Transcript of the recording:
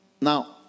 Now